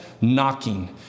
knocking